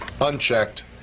unchecked